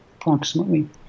approximately